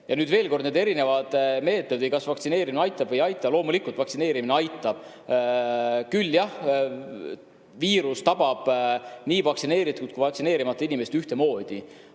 Ja nüüd veel kord nendest erinevatest meetoditest, kas vaktsineerimine aitab või ei aita. Loomulikult vaktsineerimine aitab. Küll jah, viirus tabab nii vaktsineeritud kui vaktsineerimata inimesi, aga oluline